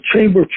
chamber